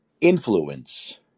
influence